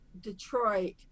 Detroit